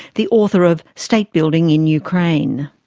the author of state building in ukraine.